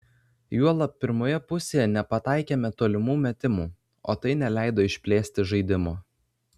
juolab pirmoje pusėje nepataikėme tolimų metimų o tai neleido išplėsti žaidimo